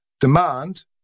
Demand